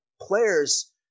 players